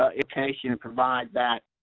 our application and provide that